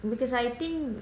because I think